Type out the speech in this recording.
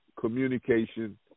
communication